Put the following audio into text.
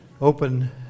open